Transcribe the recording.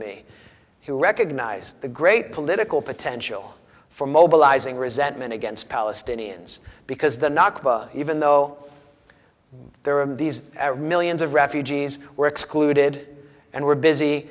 who recognized the great political potential for mobilizing resentment against palestinians because the nakba even though there are these millions of refugees were excluded and were busy